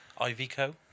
Iveco